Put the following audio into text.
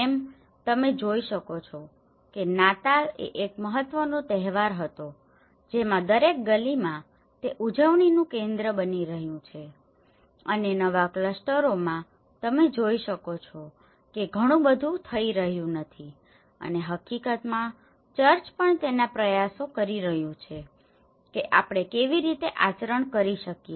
જેમ તમે જોઈ શકો છો કે નાતાલ એ એક મહત્વનો તહેવાર હતો જેમાં દરેક ગલીમાં તે ઉજવણીનું કેન્દ્ર બની રહ્યું છે અને નવા ક્લસ્ટરોમાં તમે જોઈ શકો છો કે ઘણું બધું થઈ રહ્યું નથી અને હકીકતમાં ચર્ચ પણ તેના પ્રયાસો કરી રહ્યું છે કે આપણે કેવી રીતે આચરણ કરી શકીએ